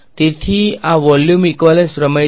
તેથી આ volume equivalence પ્રમેય બરાબર છે